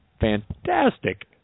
Fantastic